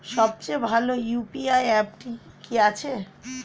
সবচেয়ে ভালো ইউ.পি.আই অ্যাপটি কি আছে?